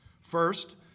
first